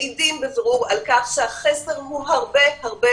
מעידים בבירור על כך שהחסר הוא הרבה הרבה